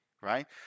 right